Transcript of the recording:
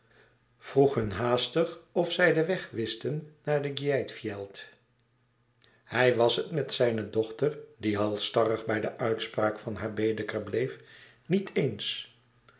vroeg hun haastig of zij den weg wisten naar den gjeitfjeld hij was het met zijne dochter die halsstarrig bij de uitspraak van haar baedeker bleef niet eens